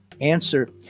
Answer